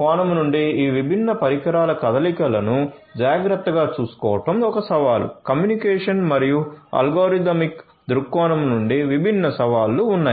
కోణం నుండి ఈ విభిన్న పరికరాల కదలికను జాగ్రత్తగా చూసుకోవడం ఒక సవాలు కమ్యూనికేషన్ మరియు అల్గోరిథమిక్ దృక్కోణం నుండి విభిన్న సవాళ్లు ఉన్నాయి